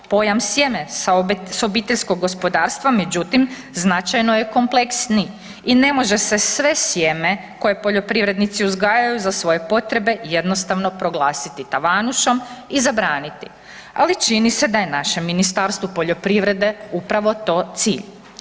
Pojam „sjeme sa obiteljskog gospodarstva“ međutim značajno je kompleksniji i ne može se sve sjeme koje poljoprivrednici uzgajaju za svoje potrebe jednostavno proglasiti „tavanušom“ i zabraniti, ali čini se da je našem Ministarstvu poljoprivrede upravo to cilj.